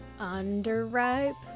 underripe